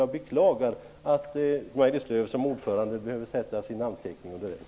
Jag beklagar att Maj-Lis Lööw som ordförande behöver sätta sin namnteckning på betänkandet.